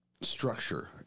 structure